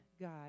God